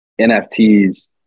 NFTs